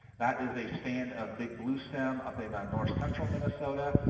that is a stand of big bluestem up in ah north-central minnesota.